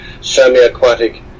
semi-aquatic